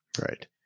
Right